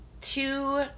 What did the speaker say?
Two